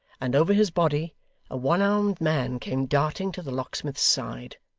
and over his body a one-armed man came darting to the locksmith's side.